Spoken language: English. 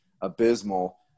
abysmal